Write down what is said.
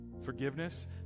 forgiveness